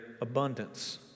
abundance